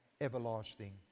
everlasting